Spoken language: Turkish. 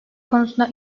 konusunda